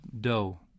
dough